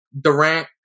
Durant